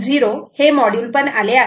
0 हे मॉड्यूल पण आले आहे